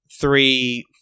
three